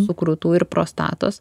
su krūtų ir prostatos